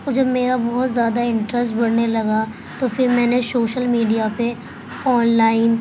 اور جب میرا بہت زیادہ انٹرسٹ بڑھنے لگا تو پھر میں نے شوشل میڈیا پہ آن لائن